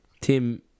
Tim